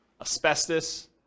asbestos